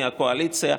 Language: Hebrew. מי הקואליציה,